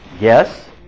Yes